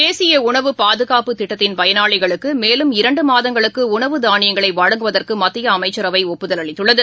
தேசியஉணவு பாதுகாப்புத் திட்டத்தின் பயனாளிகளுக்குமேலும் இரண்டுமாதங்களுக்குடணவு தானியங்களைவழங்குவதற்குமத்தியஅமைச்சரவைஒப்புதல் அளித்துள்ளது